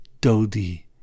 Dodi